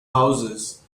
houses